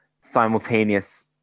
simultaneous